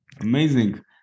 Amazing